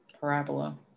parabola